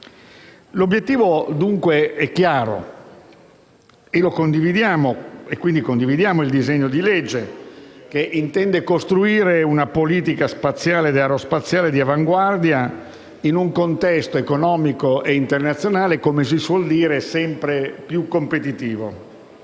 L'obiettivo dunque è chiaro e condividiamo il disegno di legge in esame, che intende costruire una politica spaziale e aerospaziale d'avanguardia, in un contesto economico e internazionale che - come si suol dire - è sempre più competitivo.